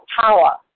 power